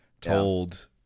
told